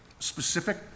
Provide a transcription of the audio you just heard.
specific